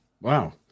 Wow